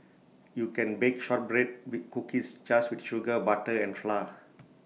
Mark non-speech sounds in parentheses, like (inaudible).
you can bake shortbread (unintelligible) cookies just with sugar butter and flour